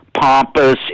pompous